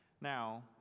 Now